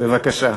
בבקשה.